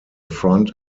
front